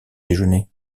déjeuner